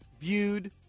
viewed